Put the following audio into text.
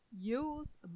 use